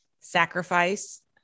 sacrifice